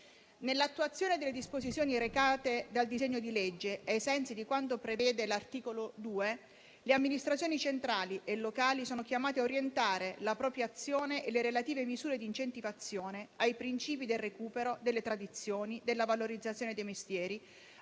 Nell'attuazione delle disposizioni recate dal disegno di legge e ai sensi di quanto prevede l'articolo 2, le amministrazioni centrali e locali sono chiamate a orientare la propria azione e le relative misure di incentivazione ai principi del recupero delle tradizioni, della valorizzazione dei mestieri,